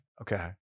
okay